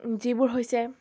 যিবোৰ হৈছে